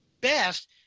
best